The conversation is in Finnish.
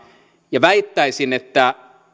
väittäisin että